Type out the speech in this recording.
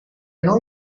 know